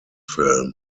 film